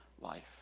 life